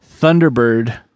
Thunderbird